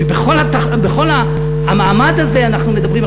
ובכל המעמד הזה אנחנו מדברים,